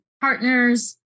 partners